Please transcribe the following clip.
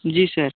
जी sir